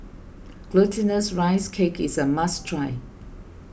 Glutinous Rice Cake is a must try